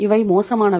இவை மோசமானவை